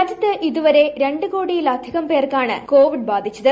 രാജ്യത്ത് ഇതുവരെ രണ്ടു കോടിയിലധികം പേർക്കാണ് കോവിഡ് ബാ്ധിച്ചത്